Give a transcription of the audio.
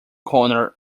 corner